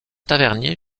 tavernier